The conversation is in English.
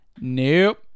Nope